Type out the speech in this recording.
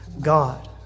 God